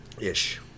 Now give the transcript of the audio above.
Ish